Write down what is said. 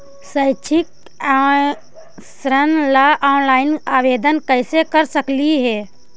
शैक्षिक ऋण ला ऑनलाइन आवेदन कैसे कर सकली हे?